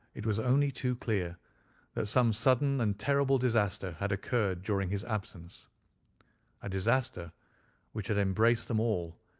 it was only too clear that some sudden and terrible disaster had occurred during his absence a disaster which had embraced them all,